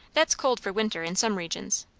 that's cold for winter in some regions.